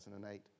2008